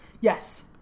Yes